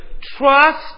trust